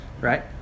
right